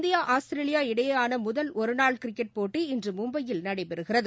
India Australia இடையேயானமுதல் ஒருநாள் cricket போட்டி இன்றுமும்பையில் நடைபெறுகிறது